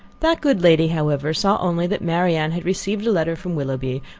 that good lady, however, saw only that marianne had received a letter from willoughby,